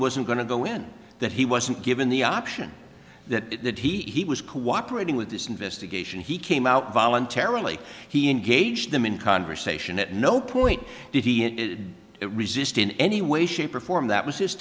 wasn't going to go in that he wasn't given the option that he was cooperating with this investigation he came out voluntarily he engaged them in conversation at no point did he resist in any way shape or form that was his